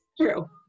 True